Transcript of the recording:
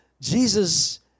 Jesus